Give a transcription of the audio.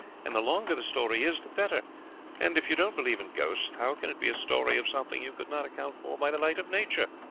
and the longer the story is, the better and if you don't believe in ghosts how can it be a story of something you could not account for by the light of nature?